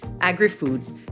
agri-foods